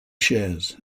shares